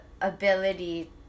ability